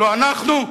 לא אנחנו?